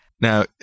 Now